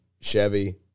Chevy